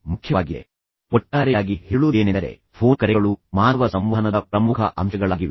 ಆದ್ದರಿಂದ ಒಟ್ಟಾರೆಯಾಗಿ ನಾನು ಹೇಳೋದೇನೆಂದರೆ ನಿಮ್ಮ ಫೋನ್ ಕರೆಗಳು ಮಾನವ ಸಂವಹನದ ಪ್ರಮುಖ ಅಂಶಗಳಾಗಿವೆ